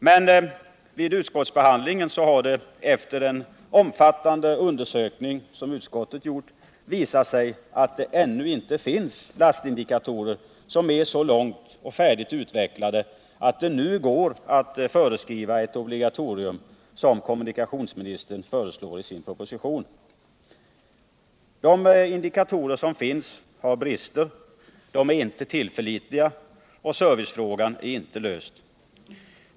Men vid utskottsbehandlingen har det efter en omfattande undersökning, som utskottet har gjort, visat sig att det ännu inte finns lastindikatorer som är så utvecklade att det nu går att föreskriva ett sådant obligatorium som kommunikationsministern föreslår i sin proposition. De indikatorer som finns har brister. De är inte tillförlitliga och servicefrågan är inte löst.